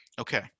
Okay